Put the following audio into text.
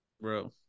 Bro